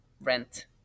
rent